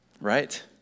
right